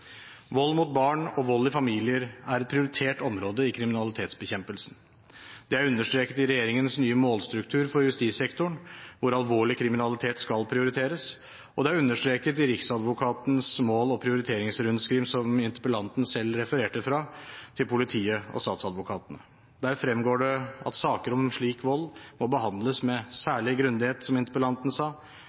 Vold mot barn og vold i familier er et prioritert område i kriminalitetsbekjempelsen. Det er understreket i regjeringens nye målstruktur for justissektoren, hvor alvorlig kriminalitet skal prioriteres, og det er understreket i Riksadvokatens mål- og prioriteringsrundskriv til politiet og statsadvokatene, som interpellanten selv refererte fra. Der fremgår det at saker om slik vold må behandles med særlig grundighet, som interpellanten sa,